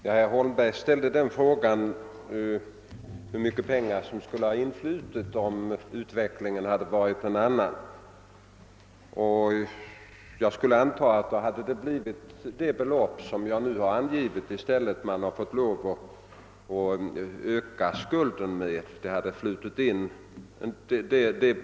Herr talman! Herr Holmberg ställde frågan hur mycket pengar som skulle ha influtit om utvecklingen varit en annan. Jag skulle anta, herr Holmberg, att det belopp på 30 miljoner som jag angav då skulle ha influtit i räntor i stället för att — som nu varit fallet — skulden ökat.